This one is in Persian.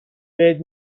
بهت